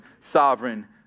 sovereign